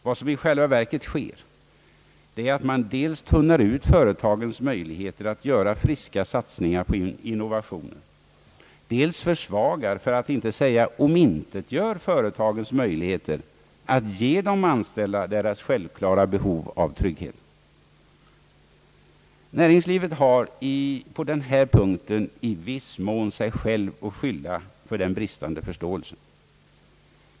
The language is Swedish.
Vad som i själva verket sker är att man dels tunnar ut företagens möjligheter att göra friska satsningar på innovationer, dels försvagar, för att inte säga omintetgör, företagens möjligheter att ge de anställda deras självklara behov av trygghet. Näringslivet har på denna punkt i viss mån sig självt att skylla för den bristande förståelsen.